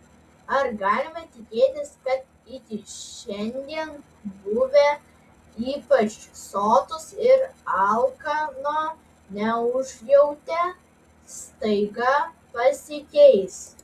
ar galime tikėtis kad iki šiandien buvę ypač sotūs ir alkano neužjautę staiga pasikeis